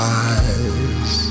eyes